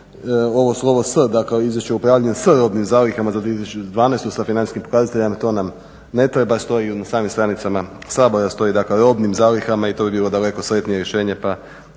ovo slovo "s" da kao Izvješće o upravljanju s robnim zalihama za 2012. sa financijskim pokazateljima. To nam ne treba. Stoji na samim stranicama Sabora, stoji dakle robnim zalihama i to bi bilo daleko sretnije rješenje